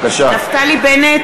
(קוראת בשמות חברי הכנסת) נפתלי בנט,